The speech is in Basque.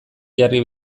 jarri